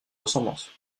ressemblance